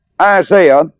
Isaiah